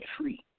free